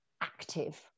active